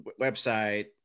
website